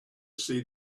see